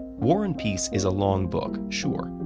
war and peace is a long book, sure,